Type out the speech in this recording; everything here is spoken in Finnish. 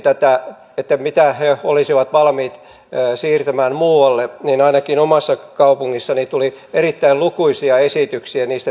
tätä pitäisi muka sitten kumipyöräliikenteellä korvata ei varmaan kovin kestävä ratkaisu myöskään ympäristön kannalta